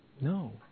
No